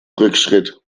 rückschritt